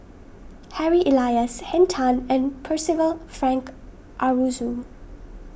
Harry Elias Henn Tan and Percival Frank Aroozoo